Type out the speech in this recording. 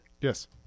yes